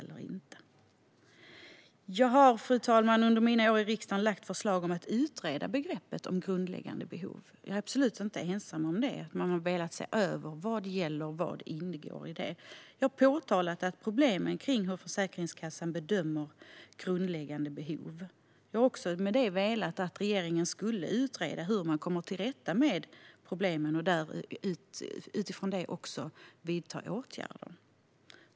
Fru talman! Jag har under mina år i riksdagen lagt fram förslag om att utreda begreppet om grundläggande behov. Jag är absolut inte ensam om att vilja se över vad som gäller och vad som ingår. Jag har påtalat problemen med hur Försäkringskassan bedömer grundläggande behov. Med det har jag velat att regeringen ska utreda hur man kommer till rätta med problemen och utifrån det vidta åtgärder.